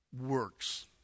works